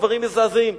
דברים מזעזעים.